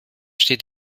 steht